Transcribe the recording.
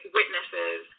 witnesses